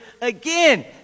again